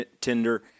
Tinder